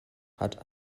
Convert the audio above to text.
hat